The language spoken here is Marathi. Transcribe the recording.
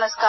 नमस्कार